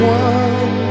one